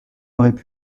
auraient